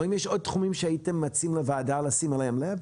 אבל האם יש עוד תחומים שהייתם מציעים לוועדה לשים אליהם לב,